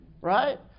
right